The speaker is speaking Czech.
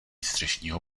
střešního